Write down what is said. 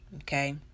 Okay